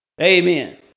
Amen